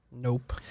Nope